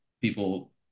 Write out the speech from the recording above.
people